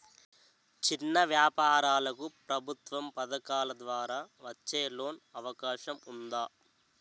చిన్న వ్యాపారాలకు ప్రభుత్వం పథకాల ద్వారా వచ్చే లోన్ అవకాశం ఉందా?